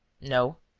no.